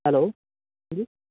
hello ਹਾਂਜੀ